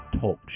Talk